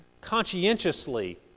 conscientiously